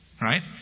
Right